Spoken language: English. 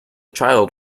child